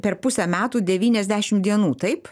per pusę metų devyniasdešim dienų taip